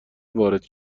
وارد